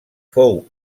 fou